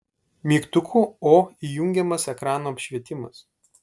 mygtuku o įjungiamas ekrano apšvietimas